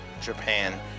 Japan